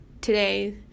today